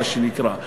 מה שנקרא,